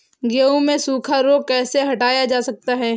गेहूँ से सूखा रोग कैसे हटाया जा सकता है?